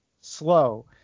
slow